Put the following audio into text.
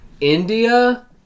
India